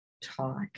talk